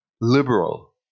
liberal